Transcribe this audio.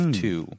two